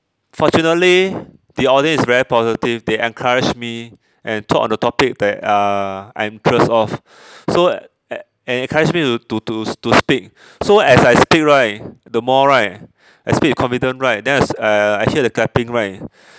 fortunately the audience is very positive they encouraged me and talk on the topic that uh I'm interest of so a~ a~ and encourage me to to to to speak so as I speak right the more right I speak confident right then as I I I hear the clapping right